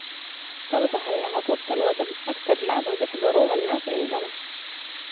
برضها ياها كورة القدم، اكتر لعبة بيحضروها الناس عندنا.